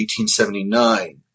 1879